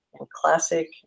classic